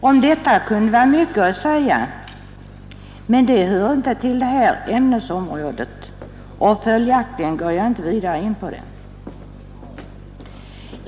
Om det kunde vara mycket att säga, men det hör inte till det här ämnesområdet och följaktligen går jag inte vidare in på det.